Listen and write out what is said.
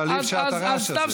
אבל אי-אפשר את הרעש הזה.